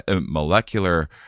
molecular